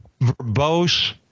verbose